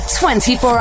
24